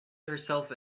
herself